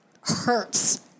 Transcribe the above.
hurts